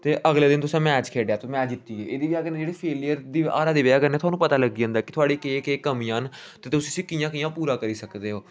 ते अगले दिन तुसेंं मैच खेढेआ मैच जिती गे एहदी बजह कन्नै जेह्ड़े फेलियर दी हारे दी बजह कन्नै थुआनूं पता लग्गी जंदा कि थआढ़ी केह् केह् कमियां ना ते तुस इसी कि'यां कि'यां पूरा करी सकदे ओ